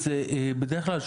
אז בדרך כלל,